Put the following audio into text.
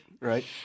Right